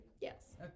Yes